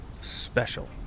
special